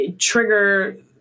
trigger